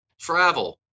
Travel